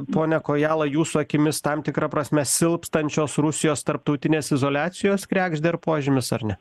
pone kojala jūsų akimis tam tikra prasme silpstančios rusijos tarptautinės izoliacijos kregždė ir požymis ar ne